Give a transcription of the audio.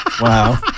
Wow